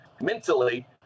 mentally